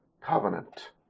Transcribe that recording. covenant